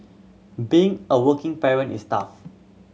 being a working parent is tough